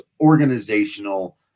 organizational